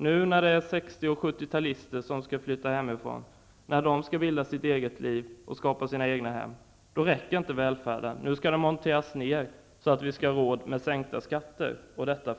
Nu när det är 60 och 70-talister som skall flytta hemifrån, bilda ett eget hem och skapa ett eget liv räcker inte välfärden. Nu skall den monteras ner så att vi får råd med sänkta skatter